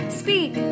speak